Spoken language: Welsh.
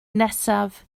nesaf